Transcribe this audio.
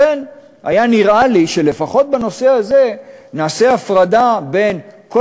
לכן נראה לי שלפחות בנושא הזה נעשה הפרדה בין כל